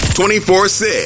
24-6